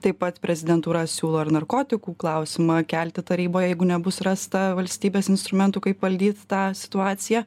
taip pat prezidentūra siūlo ir narkotikų klausimą kelti taryboje jeigu nebus rasta valstybės instrumentų kaip valdyti tą situaciją